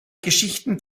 geschichten